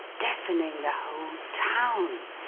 deafening the whole town!